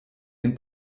den